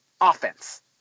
offense